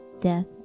Death